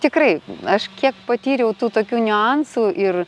tikrai aš kiek patyriau tų tokių niuansų ir